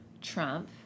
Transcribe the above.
Trump